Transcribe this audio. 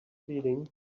feeling